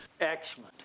Excellent